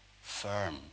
firm